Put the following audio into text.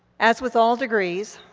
as with all degrees,